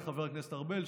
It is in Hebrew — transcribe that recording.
חבר הכנסת ארבל,